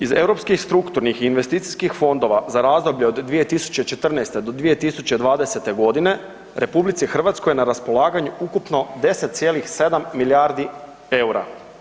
Iz europskih strukturnih i investicijskih fondova za razdoblje od 2014. do 2020. g., RH je na raspolaganju ukupno 10,7 milijardi eura.